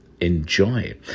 Enjoy